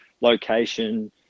location